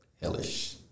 Hellish